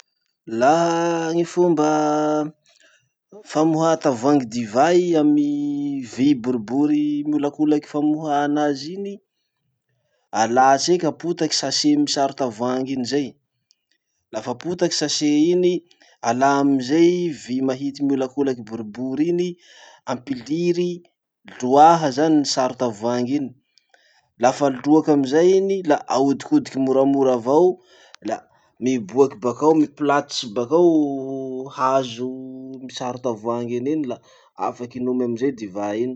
Laha gny fomba famohà tavoangy divay amy vy boribory miholakolaky famohà anazy iny. Alà tseky apotaky sachet misaro tavoangy iny zay, lafa potaky sachet iny, alà amizay vy mahity miholakolaky boribory iny, ampiliry, loaha zany saro-tavoangy iny. Lafa loaky amizay iny la ahodikodiky moramora avao, la miboaky bakao, mipolatotsy bakao hazo misaro tavoany iny iny la afaky inomy amizay divay iny.